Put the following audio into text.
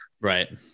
Right